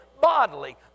bodily